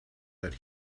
that